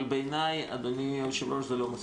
אבל, בעיניי, אדוני היושב-ראש, זה לא מספיק.